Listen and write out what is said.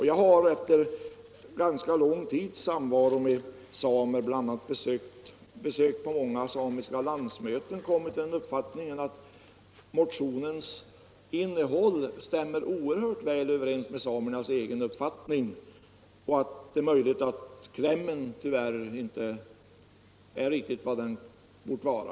Jag har efter ganska lång tids samvaro med samer, bl.a. på samiska landsmöten, kommit till uppfattningen att motionens innehåll stämmer oerhört väl överens med samernas egen uppfattning, även om det är möjligt att klämmen inte är riktigt vad den borde vara.